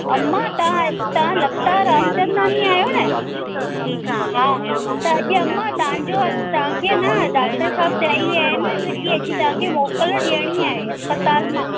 अमां तव्हां तव्हां लता रामचंदानी आहियो न हा त अॼु अमां तव्हांजो तव्हांखे न डाक्टर साहिबु चई विया आहिनि की अॼु तव्हांखे मोकिल ॾियणी आहे अस्पतालि मां